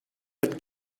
but